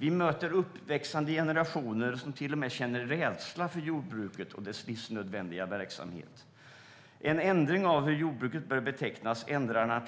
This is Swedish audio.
Vi möter uppväxande generationer som till och med känner rädsla för jordbruket och dess livsnödvändiga verksamhet. En ändring av hur jordbruket bör betecknas ändrar